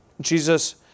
Jesus